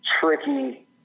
tricky